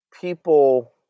people